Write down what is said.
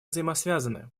взаимосвязаны